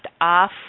off